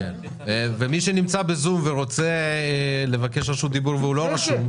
מי שנמצא ב-זום ורוצה לבקש רשות דיבור והוא לא רשום,